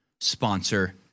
sponsor